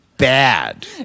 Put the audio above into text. Bad